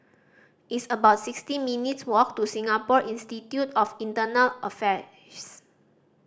it's about sixty minutes' walk to Singapore Institute of Affairs